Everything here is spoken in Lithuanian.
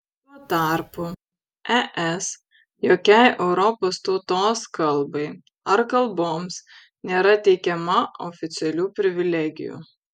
tuo tarpu es jokiai europos tautos kalbai ar kalboms nėra teikiama oficialių privilegijų